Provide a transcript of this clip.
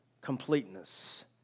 completeness